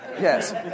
Yes